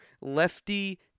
lefty